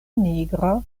nigra